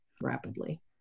rapidly